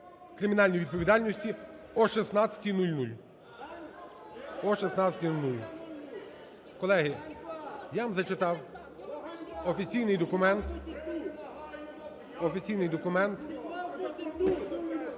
кримінальної відповідальності о 16:00. О 16:00. Колеги, я вам зачитав офіційний документ.